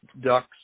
ducks